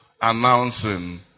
announcing